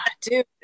Dude